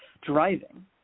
driving